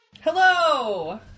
Hello